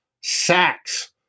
sacks